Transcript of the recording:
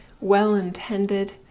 well-intended